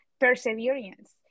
perseverance